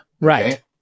Right